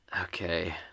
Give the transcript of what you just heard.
Okay